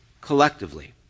collectively